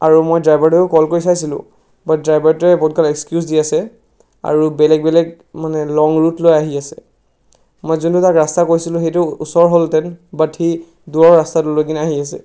আৰু মই ড্ৰাইভাৰটোকো ক'ল কৰি চাইছিলোঁ বাট ড্ৰাইভাৰটোৱে বহুত এক্সকিউজ দি আছে আৰু বেলেগ বেলেগ মানে লং ৰুট লৈ আহি আছে মই যোনটো তাক ৰাস্তা কৈছিলোঁ সেইটো ওচৰ হ'লহেঁতেন বাট সি দূৰৰ ৰাস্তাটো লৈ কেনে আহি আছে